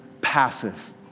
passive